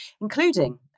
including